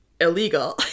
illegal